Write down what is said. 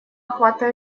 охвата